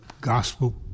gospel